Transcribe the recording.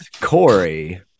Corey